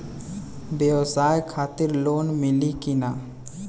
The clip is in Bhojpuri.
ब्यवसाय खातिर लोन मिली कि ना?